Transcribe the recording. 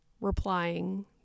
replying